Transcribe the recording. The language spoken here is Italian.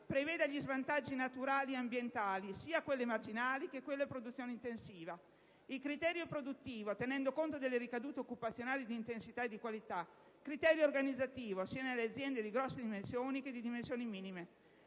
preveda gli svantaggi naturali e ambientali; che preveda il criterio produttivo, tenendo conto delle ricadute occupazionali di intensità e di qualità, e il criterio organizzativo, sia nelle aziende di grosse dimensioni che di dimensioni minime.